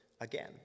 again